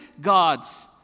God's